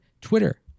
Twitter